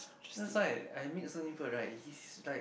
that's why I meet so many people right he is like